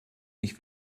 ich